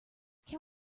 can